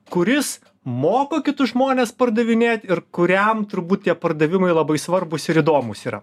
kuris moko kitus žmones pardavinėt ir kuriam turbūt tie pardavimai labai svarbūs ir įdomūs yra